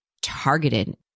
targeted